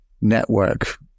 network